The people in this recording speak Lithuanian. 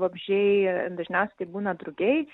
vabzdžiai dažniausiai tai būna drugiai